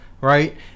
right